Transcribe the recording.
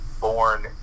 born